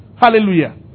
Hallelujah